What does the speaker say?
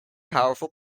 powerful